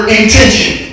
intention